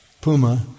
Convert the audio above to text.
Puma